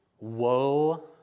Woe